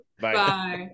bye